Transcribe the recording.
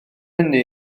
hynny